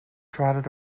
trotted